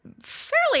fairly